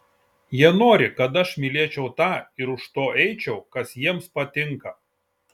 jie nori kad aš mylėčiau tą ir už to eičiau kas jiems patinka